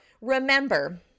remember